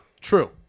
True